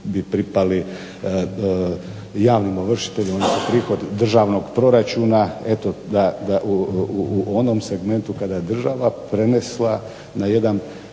pripali javnim ovršiteljima odnosno prihod državnog proračuna, eto da u onom segmentu kada je država prenesla na javne